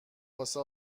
واسه